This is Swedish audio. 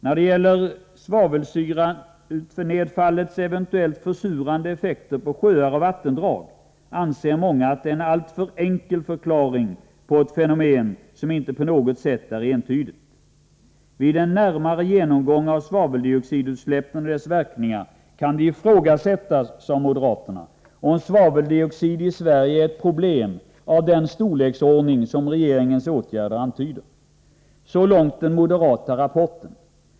När det gäller svavelsyrautfallets eventuellt försurande effekter på sjöar och vattendrag anser många att det är en alltför enkel förklaring på ett fenomen som inte på något sätt är entydigt. Vid en närmare genomgång av svaveldioxidutsläppen och deras verkningar kan det ifrågasättas, säger moderaterna, om svaveldioxid i Sverige är ett problem av den storleksordning som regeringens åtgärder antyder. Så långt den moderata rapporten.